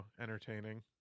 entertaining